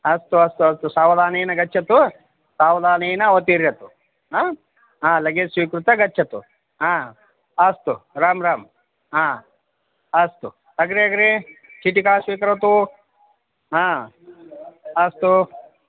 अस्तु अस्तु अस्तु सावधानेन गच्छतु सावधानेन अवतरतु हा लगेज् स्वीकृत्य गच्छतु हा अस्तु राम राम हा अस्तु अग्रे अग्रे चीटिकां स्वीकरोतु हा अस्तु